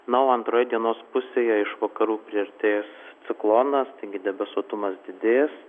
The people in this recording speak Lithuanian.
na o antroje dienos pusėje iš vakarų priartės ciklonas taigi debesuotumas didės